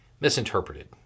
misinterpreted